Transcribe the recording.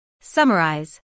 Summarize